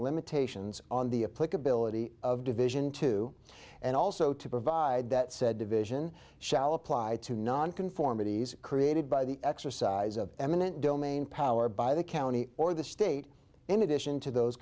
limitations on the a pic ability of division two and also to provide that said division shall apply to nonconformity created by the exercise of eminent domain power by the county or the state in addition to those